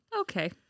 Okay